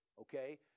Okay